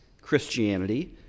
Christianity